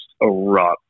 erupt